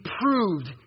proved